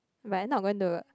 but I'm not going to